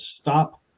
stop